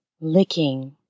Licking